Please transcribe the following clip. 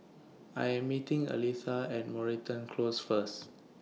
I Am meeting Aletha At Moreton Close First